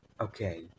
okay